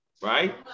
right